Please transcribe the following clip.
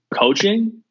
coaching